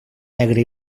negre